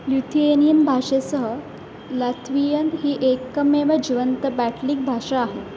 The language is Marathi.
ल्युथिएनियन भाषेसह लात्वियन ही एकमेव जिवंत बॅटलिक भाषा आहे